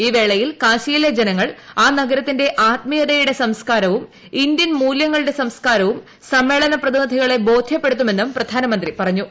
ഈ വേളയിൽ കാശിയിലെ ജനങ്ങൾ ആ നഗരത്തിന്റെ ആത്മീയ സംസ്ക്കാരവും ഇന്ത്യൻ മൂല്യങ്ങളുടെ സംസ്ക്കാരവും സമ്മേളന പ്രതിനിധികളെ ബോധ്യപ്പെടുത്തുമെന്നും പ്രധാനമന്ത്രി പറഞ്ഞു